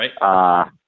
right